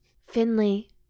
Finley